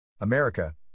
america